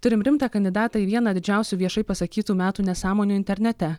turim rimtą kandidatą į vieną didžiausių viešai pasakytų metų nesąmonių internete